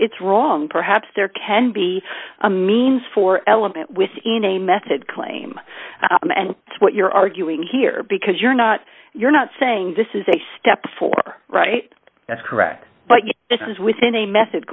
it's wrong perhaps there can be a means for element within a method claim and what you're arguing here because you're not you're not saying this is a step for right that's correct but this is within a method